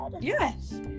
yes